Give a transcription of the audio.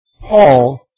Paul